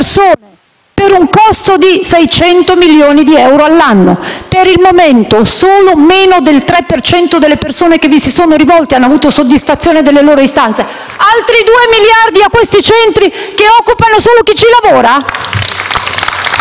per un posto di 600 milioni di euro all'anno. Per il momento, solo meno del 3 per cento delle persone che vi si sono rivolte hanno avuto soddisfazione delle loro istanze: altri due miliardi a questi centri che occupano solo chi ci lavora?